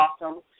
awesome